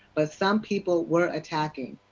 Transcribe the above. but some people were attacking.